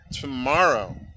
tomorrow